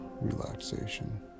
relaxation